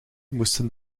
moesten